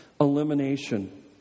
elimination